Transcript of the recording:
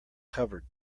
covered